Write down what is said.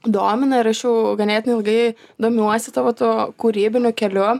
domina ir aš jau ganėtinai ilgai domiuosi tavo tuo kūrybiniu keliu